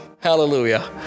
hallelujah